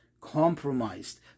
compromised